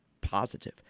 positive